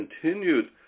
continued